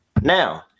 Now